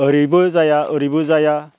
ओरैबो जाया ओरैबो जाया